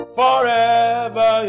forever